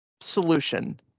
solution